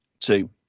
two